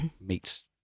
meets